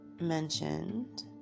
mentioned